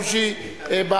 בוז'י,